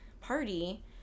party